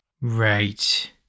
Right